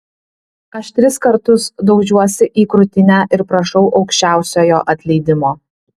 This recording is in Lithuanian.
aš tris kartus daužiuosi į krūtinę ir prašau aukščiausiojo atleidimo